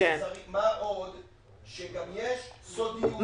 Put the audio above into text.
מה עוד שגם יש סודיות.